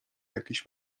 jakiś